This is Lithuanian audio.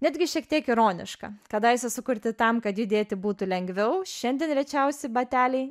netgi šiek tiek ironiška kadaise sukurti tam kad judėti būtų lengviau šiandien rečiausi bateliai